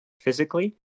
physically